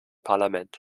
parlament